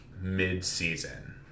mid-season